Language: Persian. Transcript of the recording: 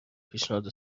پیشنهاد